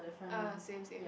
ah same same